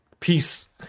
peace